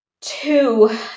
Two